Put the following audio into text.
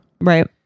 Right